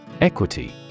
Equity